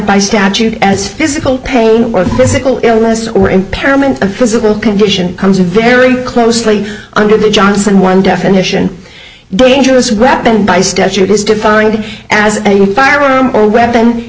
by statute as physical pain or physical illness or impairment of physical condition comes very closely under the johnson one definition dangerous weapon by statute is defined as a firearm or we